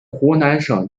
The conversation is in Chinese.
湖南省